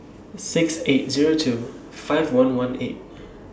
six eight Zero two five one one eight